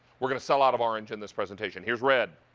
we're going to sell out of orange in this presentation. here's red.